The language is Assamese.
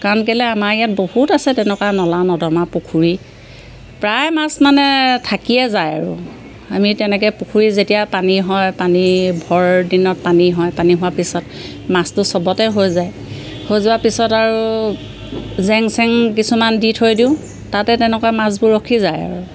কাৰণ কেলে আমাৰ ইয়াত বহুত আছে তেনেকুৱা নলা নদমা পুখুৰী প্ৰায় মাছ মানে থাকিয়ে যায় আৰু আমি তেনেকে পুখুৰী যেতিয়া পানী হয় পানী ভৰ দিনত পানী হয় পানী হোৱা পিছত মাছটো চবতে হৈ যায় হৈ যোৱাৰ পিছত আৰু জেং চেং কিছুমান দি থৈ দিওঁ তাতে তেনেকুৱা মাছবোৰ ৰখি যায় আৰু